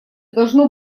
должно